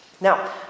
Now